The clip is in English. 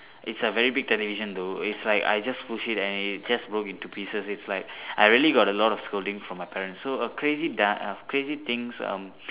it's a very big television though it's like I just push and it just broke into pieces it's like I really got a lot of scolding from my parents so a crazy darn uh crazy things um